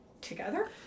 Together